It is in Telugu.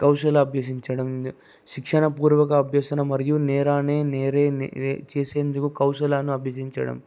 కౌషల అభ్యసించడం శిక్షణ పూర్వక అభ్యాసాన మరియు నేరాన్ని నేరె నే చేసేందుకు కౌషలాన్నీ అభ్యసించడం